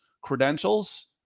credentials –